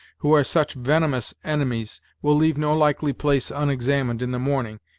who are such venomous enemies, will leave no likely place unexamined in the morning,